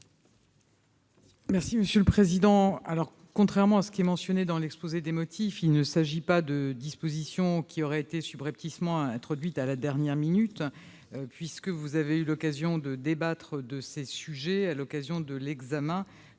du Gouvernement ? Contrairement à ce qui est mentionné dans l'exposé des motifs, il ne s'agit pas de dispositions qui auraient été subrepticement introduites à la dernière minute, puisque vous avez eu l'occasion de débattre de ces sujets lors de l'examen